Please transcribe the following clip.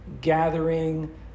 gathering